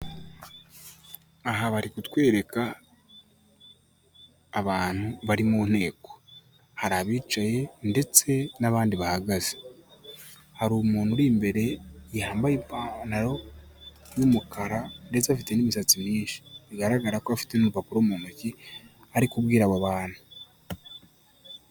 Aha bari kutwereka abantu bari mu nteko, hari abicaye ndetse n'abandi bahagaze, hari umuntu uri imbere, yambaye ipantaro y'umukara ndetse afite n'imisatsi myinshi, bigaragara ko afite n'urupapuro mu ntoki ari kubwira aba bantu.